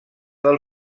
del